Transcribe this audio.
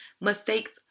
Mistakes